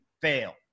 fail